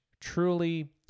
truly